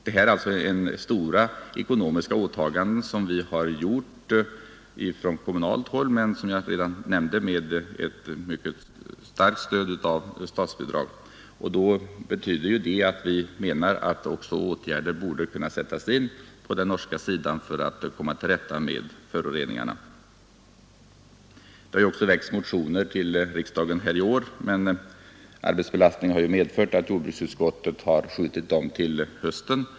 Det är här fråga om stora ekonomiska åtaganden som vi gjort från kommunalt håll, men som jag nämnde med mycket starkt stöd av statsbidrag. Vi anser därför att åtgärder även borde kunna sättas in på den norska sidan för att man skall komma till rätta med föroreningarna. Även i år har motioner väckts till riksdagen men arbetsbelastningen har medfört att jordbruksutskottet uppskjutit dem till hösten.